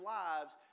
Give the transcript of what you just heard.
lives